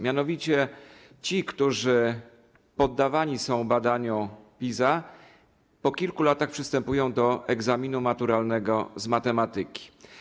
Mianowicie ci, którzy poddawani są badaniu PISA, po kilku latach przystępują do egzaminu maturalnego z matematyki.